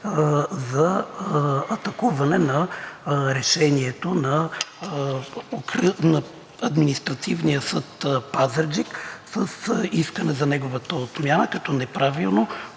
за атакуване на решението на Административния съд – Пазарджик, с искане за неговата отмяна като неправилно